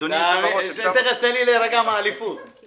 אבל היא